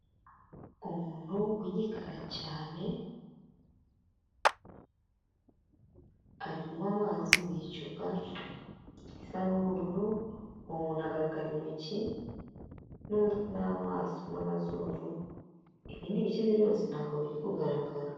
Umuntu w'igikara cyane kunywa amazi mu icupa risa n'ubururu, uwo muntu agaragara intoki n'umutwe n'amaso n'amazuru, ibindi bice bye byose ntago biri kugaragara.